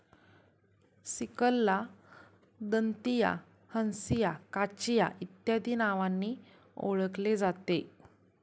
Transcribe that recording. सिकलला दंतिया, हंसिया, काचिया इत्यादी नावांनी ओळखले जाते